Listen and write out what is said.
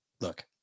look